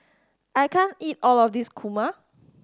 I can't eat all of this kurma